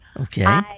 Okay